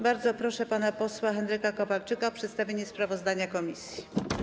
Bardzo proszę pana posła Henryka Kowalczyka o przedstawienie sprawozdania komisji.